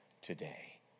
today